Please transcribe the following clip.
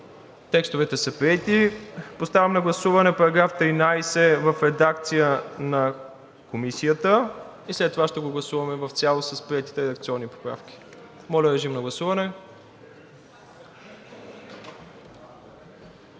Текстовете са приети. Поставям на гласуване § 13 в редакция на Комисията и след това ще го гласуваме в цялост с приетите редакционни поправки. Моля, режим на гласуване.